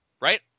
Right